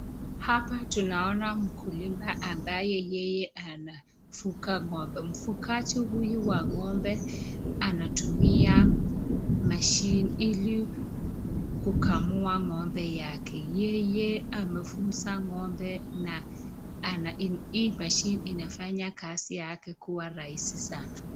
Hapa tunaona mkulima ambaye yeye anafuga ngombe, mfugaji huyu wa ngombe anatumia machine ili kukamua ngombe yake, yeye amefunza ngombe na hii machine inafanya kazi yake kuwa rahisi sana.